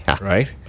right